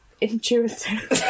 intuitive